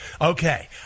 Okay